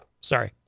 Sorry